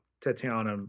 Tatiana